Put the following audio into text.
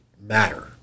matter